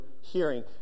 hearing